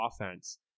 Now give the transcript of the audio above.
offense